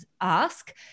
ask